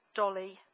dolly